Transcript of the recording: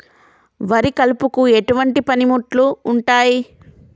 వరి కలుపుకు ఎటువంటి పనిముట్లు ఉంటాయి?